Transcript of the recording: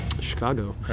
Chicago